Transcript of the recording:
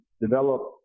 develop